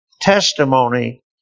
testimony